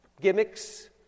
gimmicks